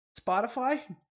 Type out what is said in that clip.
Spotify